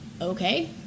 okay